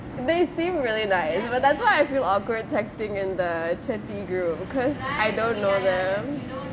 they seem really nice but that's why I feel awkward texting in the chatty group because I don't know them